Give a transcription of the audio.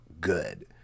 good